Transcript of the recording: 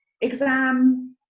exam